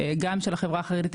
גם של החברה החרדית,